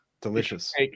Delicious